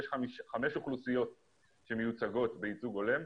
ויש חמש אוכלוסיות שמיוצגות בייצוג הולם,